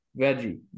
Veggie